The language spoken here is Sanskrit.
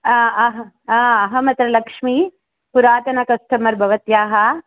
अह अहमत्र लक्ष्मी पुरातनकस्टमर् भवत्याः